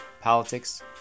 politics